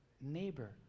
neighbor